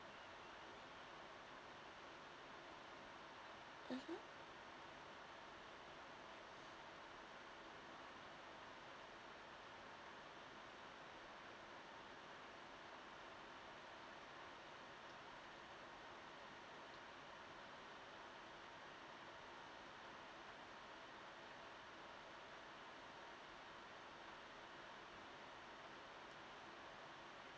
mmhmm